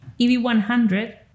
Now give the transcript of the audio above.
EV100